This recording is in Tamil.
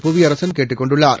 புவியரசன் கேட்டுக் கொண்டுள்ளார்